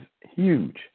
huge